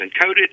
encoded